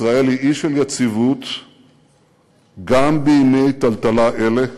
ישראל היא אי של יציבות גם בימי טלטלה אלה.